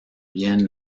bien